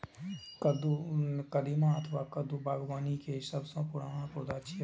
कदीमा अथवा कद्दू बागबानी के सबसं पुरान पौधा छियै